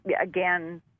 again